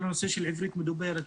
כל הנושא של עברית מדוברת,